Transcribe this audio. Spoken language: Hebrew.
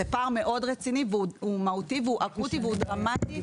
זה פער מאוד רציני, והוא מהותי, אקוטי ודרמטי.